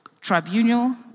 tribunal